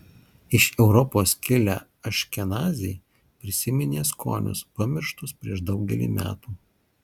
iš europos kilę aškenaziai prisiminė skonius pamirštus prieš daugelį metų